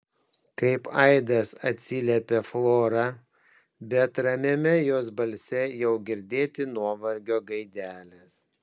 kaip aidas atsiliepia flora bet ramiame jos balse jau girdėti nuovargio gaidelės